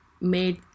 made